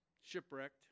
Shipwrecked